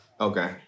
Okay